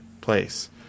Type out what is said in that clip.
place